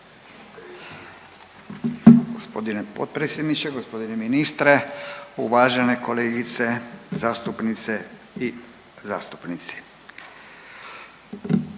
Gospodine potpredsjedniče, gospodine ministre, uvažene kolegice zastupnice i zastupnici,